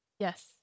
Yes